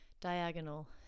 diagonal